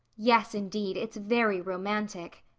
yes indeed, it's very romantic.